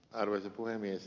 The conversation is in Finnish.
arvoisa puhemies